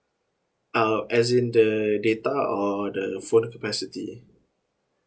uh as in the data or the phone capacity